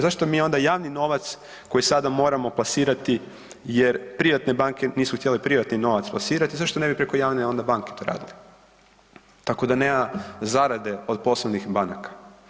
Zašto mi onda javni novac koji sada moramo plasirati jer privatne banke nisu htjele privatni novac plasirati, zašto ne bi preko javne banke onda to radili, tako da nema zarade od poslovnih banaka?